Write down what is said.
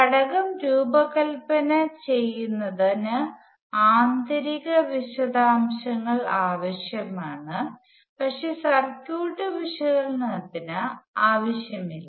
ഘടകം രൂപകൽപ്പന ചെയ്യുന്നതിന് ആന്തരിക വിശദാംശങ്ങൾ ആവശ്യമാണ് പക്ഷേ സർക്യൂട്ട് വിശകലനത്തിന് ആവശ്യമില്ല